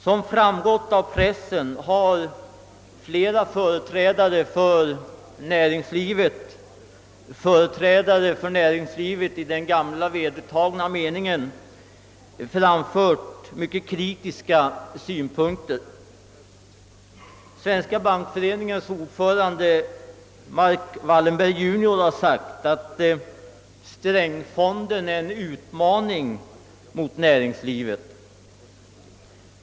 Som framgått av pressen har flera företrädare för näringslivet i gammal vedertagen mening framfört mycket kritiska synpunkter. Svenska bankföreningens ordförande Marc Wallenberg Jr har bl.a. sagt att »Sträng-fonden är en utmaning mot näringslivet».